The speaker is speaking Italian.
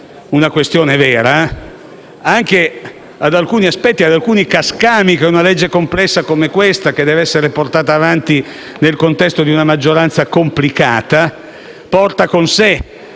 una questione vera - a taluni aspetti e cascami che una legge complessa come questa, che deve essere portata avanti nel contesto di una maggioranza complicata, porta con sé.